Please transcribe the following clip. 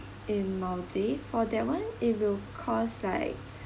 in maldives for that one it will cost like